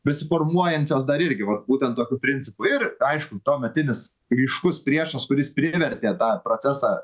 besiformuojančios dar irgi vat būtent tokiu principu ir aišku tuometinis ryškus priešas kuris privertė tą procesą